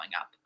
up